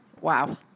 Wow